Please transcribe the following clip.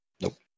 Nope